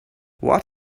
what